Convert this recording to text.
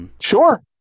Sure